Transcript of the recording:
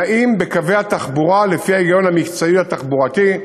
נעים בקווי התחבורה לפי ההיגיון המקצועי התחבורתי,